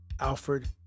Alfred